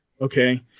okay